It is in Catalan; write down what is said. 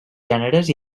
gèneres